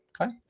Okay